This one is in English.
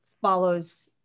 follows